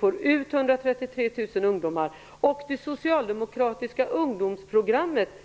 och 133 000 ungdomar skall ut på arbetsmarknaden.